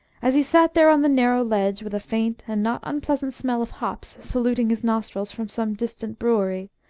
as he sat there on the narrow ledge, with a faint and not unpleasant smell of hops saluting his nostrils from some distant brewery,